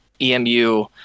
EMU